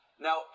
Now